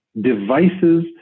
devices